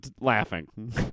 laughing